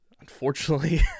Unfortunately